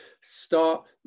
start